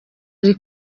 ari